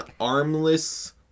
armless